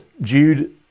Jude